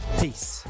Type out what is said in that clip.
peace